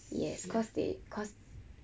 yes cause they cause